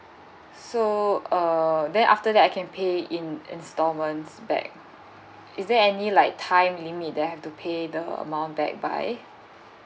so uh then after that I can pay in installments back is there any like time limit that I have to pay the amount back by